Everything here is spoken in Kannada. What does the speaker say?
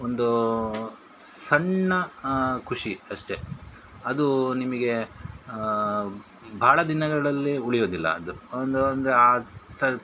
ಒಂದು ಸಣ್ಣ ಖುಷಿ ಅಷ್ಟೇ ಅದು ನಿಮಗೆ ಭಾಳ ದಿನಗಳಲ್ಲಿ ಉಳಿಯೋದಿಲ್ಲ ಅದು ಒಂದೊಂದು ಆತ್